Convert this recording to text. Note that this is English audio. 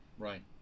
Right